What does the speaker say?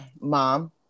mom